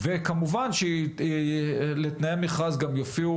כמובן שלתנאי המכרז גם יופיעו